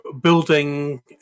building